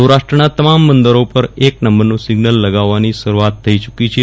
સૌ રાષ્ટ્રના તમામ બંદરો ઉપર એક નંબરનું સિગ્નલ લગાવવાની શરૂઆત થઇ ચૂકી છે